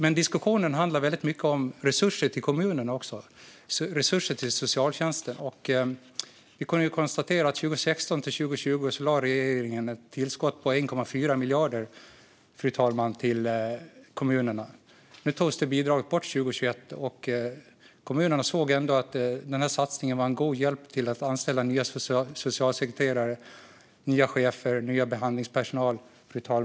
Men diskussionen handlar också väldigt mycket om resurser till kommunerna och till socialtjänsten. Vi kan konstatera, fru talman, att regeringen 2016-2020 lade ett tillskott på 1,4 miljarder till kommunerna. Detta bidrag togs bort 2021, men kommunerna såg ändå att satsningen var till god hjälp när det gäller att anställa nya socialsekreterare, nya chefer och ny behandlingspersonal.